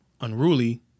unruly